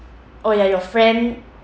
oh ya your friend